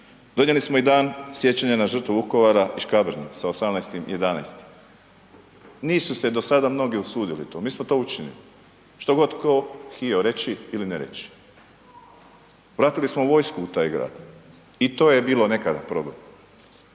razumije./... dan sjećanja na žrtvu Vukovara i Škabrnje sa 18.11., nisu se do sada mnogi usudili to, mi smo to učinili, što god tko htio reći ili ne reći. Vratili smo vojsku u taj Grad, i to je bilo nekada problem,